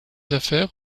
affaires